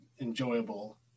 enjoyable